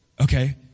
Okay